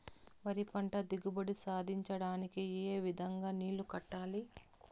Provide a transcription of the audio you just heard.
వరి పంట దిగుబడి సాధించడానికి, ఏ విధంగా నీళ్లు కట్టాలి?